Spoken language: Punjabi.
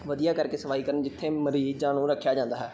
ਵਧੀਆ ਕਰਕੇ ਸਫਾਈ ਕਰਨ ਜਿੱਥੇ ਮਰੀਜ਼ਾਂ ਨੂੰ ਰੱਖਿਆ ਜਾਂਦਾ ਹੈ